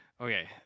Okay